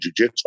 jujitsu